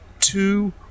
two